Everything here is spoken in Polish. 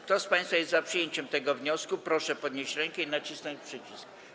Kto z państwa jest za przyjęciem tego wniosku, proszę podnieść rękę i nacisnąć przycisk.